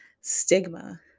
stigma